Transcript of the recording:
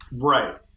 Right